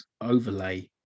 overlay